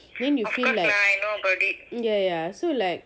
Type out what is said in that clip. then you feel like ya ya so like